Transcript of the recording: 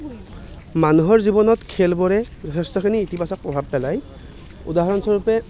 মানুহৰ জীৱনত খেলবোৰে যথেষ্টখিনি ইতিবাচক প্ৰভাৱ পেলায় উদাহৰণস্বৰূপে